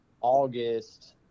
august